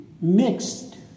Mixed